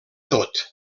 tot